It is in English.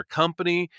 company